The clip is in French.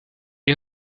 est